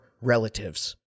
relatives